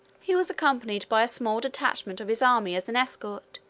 he was accompanied by a small detachment of his army as an escort,